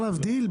מה הם רוצים?